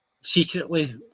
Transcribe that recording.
secretly